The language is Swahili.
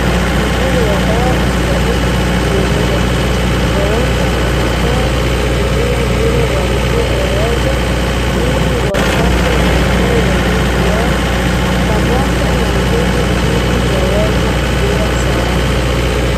Uzuri wa dawa hospitalini imeenezwa kote. Wagonjwa Wanafaa kutumia vvile walivyo elezwa Ili wapate nafuu ya mwili wao pamoja na nguvu Ili waweze kuwa salama.